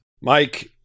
Mike